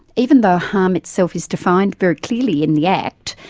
even though harm itself is defined very clearly in the act,